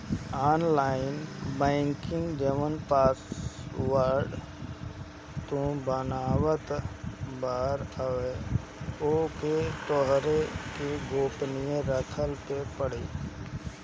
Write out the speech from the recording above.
online banking जवन password तू बनावत बारअ ओके तोहरा के गोपनीय रखे पे पड़ी